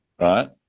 right